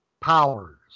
powers